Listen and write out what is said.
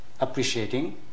appreciating